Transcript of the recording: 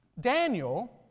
Daniel